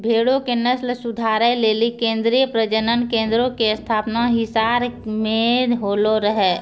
भेड़ो के नस्ल सुधारै लेली केन्द्रीय प्रजनन केन्द्रो के स्थापना हिसार मे होलो रहै